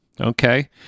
Okay